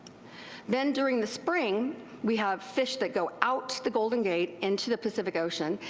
then during the spring we have fish that go out the golden gate into the pacific ocean,